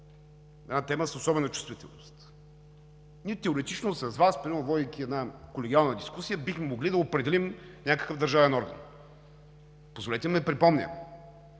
една тема с особена чувствителност. Ние, теоретично с Вас примерно, водейки една колегиална дискусия, бихме могли да определим някакъв държавен орган. Позволете ми да припомня,